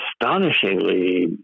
astonishingly